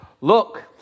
Look